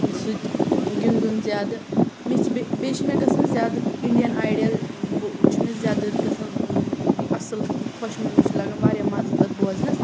سۭتۍ گِنٛدُن زیادٕ مےٚ چھِ بیٚیہِ بیٚیہِ چھِ مےٚ گژھان زیادٕ اِنڈیَن آیڈٮ۪ل ہُہ چھِ مےٚ زیادٕ گژھان اَصٕل خۄش مےٚ چھِ لگان واریاہ مَزٕ تَتھ بوزنَس